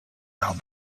down